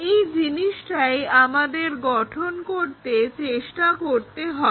এই জিনিসটাই আমরা গঠন করতে চেষ্টা করছি